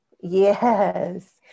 Yes